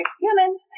humans